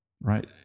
right